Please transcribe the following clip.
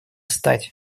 стать